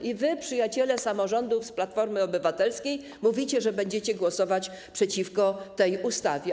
I wy, przyjaciele samorządów z Platformy Obywatelskiej, mówicie, że będziecie głosować przeciwko tej ustawie.